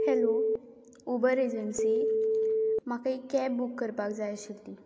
hello Uber agency म्हाका एक cab book करपाक जाय आशिल्ली